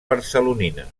barcelonina